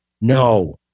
no